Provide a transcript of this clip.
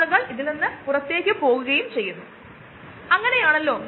അതിനാൽ നമുക്ക് ബയോറിയാക്ടർ ഫലപ്രദമാകുന്നതിനു ഒരു ആശയം ആവശ്യമാണ്